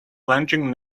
plunging